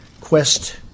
Quest